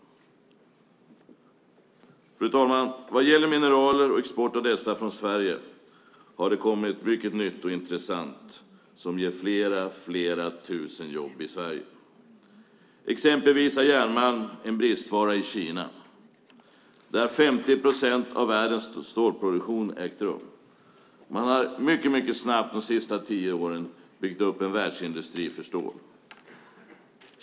Fru talman! Vad gäller mineraler och export av dessa från Sverige har det kommit mycket nytt och intressant som ger flera tusen jobb i Sverige. Exempelvis är järnmalm en bristvara i Kina där 50 procent av världens stålproduktion ägt rum. Man har mycket snabbt de senaste tio åren byggt upp en världsindustri för stål.